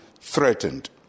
threatened